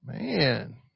Man